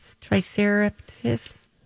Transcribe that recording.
Triceratops